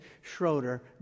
Schroeder